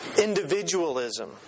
individualism